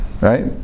right